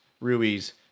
Rui's